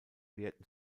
wehrten